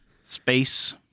space